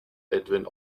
edwin